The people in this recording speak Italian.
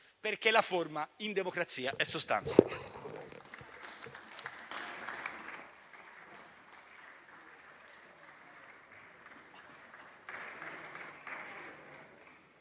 perché la forma in democrazia è sostanza.